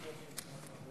פרימיטיבית